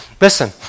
listen